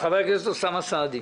חבר הכנסת אוסאמה סעדי.